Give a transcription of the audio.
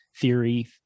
theory